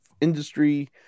industry